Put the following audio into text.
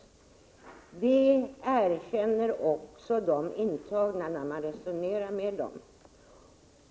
Det erkänner också de intagna när man resonerar med dem.